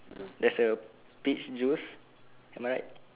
there's a peach juice am I right